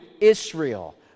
Israel